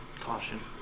caution